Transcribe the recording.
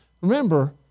Remember